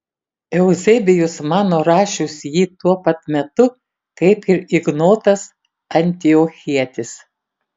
euzebijus mano rašius jį tuo pat metu kaip ir ignotas antiochietis